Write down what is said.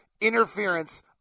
interference